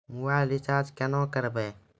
Mobile recharge केना करबै?